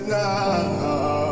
now